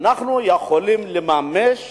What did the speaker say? אנחנו יכולים לממש